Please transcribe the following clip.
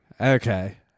Okay